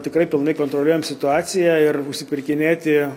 tikrai pilnai kontroliuojam situaciją ir apsipirkinėti